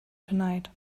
tonight